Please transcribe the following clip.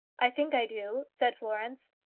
i think i do, said florence.